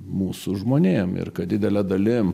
mūsų žmonėm ir kad didele dalim